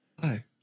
hi